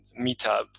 meetup